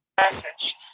message